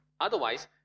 Otherwise